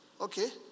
okay